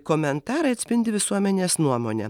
komentarai atspindi visuomenės nuomonę